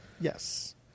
Yes